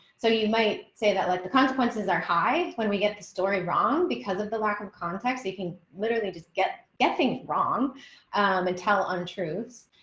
so you might say that like the consequences are high when we get the story wrong because of the lack of context, you can literally just get get things wrong and tell untruths,